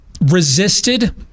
resisted